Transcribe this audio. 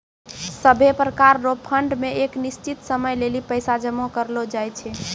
सभै प्रकार रो फंड मे एक निश्चित समय लेली पैसा जमा करलो जाय छै